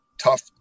tough